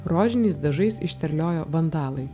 rožiniais dažais išterliojo vandalai